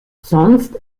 sonst